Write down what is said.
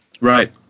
Right